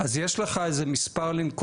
אני מודה גם לשר ארבל, גם למנכ"ל.